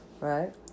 right